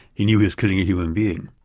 he knew he was killing a human being.